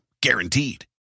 Guaranteed